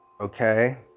okay